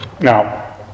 now